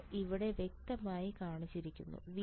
ഇത് ഇവിടെ വ്യക്തമായി കാണിച്ചിരിക്കുന്നു